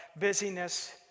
busyness